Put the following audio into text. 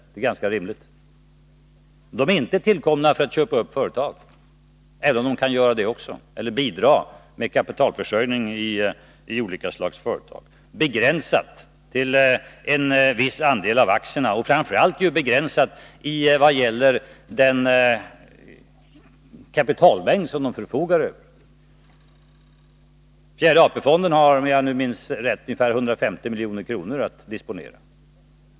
Det är ganska rimligt. De är inte tillkomna för att köpa upp företag, även om de kan bidra till kapitalförsörjning i olika slags företag, begränsat till en viss andel av aktierna och framför allt begränsat med hänsyn till den kapitalmängd som AP-fonderna förfogar över. Den fjärde AP-fonden har — om jag minns rätt — ungefär 150 milj.kr. att disponera.